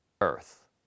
Earth